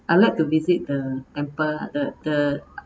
I like to visit the temple lah the the